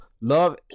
Love